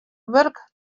wurk